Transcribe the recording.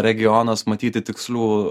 regionas matyti tikslių